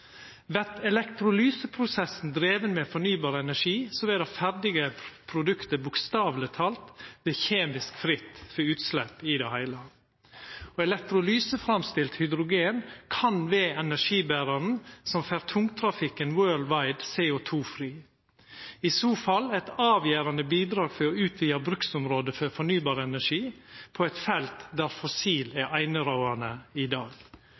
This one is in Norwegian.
Vert elektrolyseprosessen driven med fornybar energi, er det ferdige produktet bokstavleg talt kjemisk fritt for utslepp i det heile. Elektrolyseframstilt hydrogen kan vera energiberaren som får tungtrafikken «world wide» CO2-fri – i så fall eit avgjerande bidrag for å utvida bruksområdet for fornybar energi på eit felt der fossil energi er einerådande i dag,